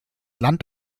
land